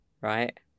right